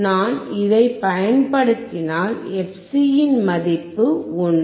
நான் இதைப் பயன்படுத்தினால் fc இன் மதிப்பு 1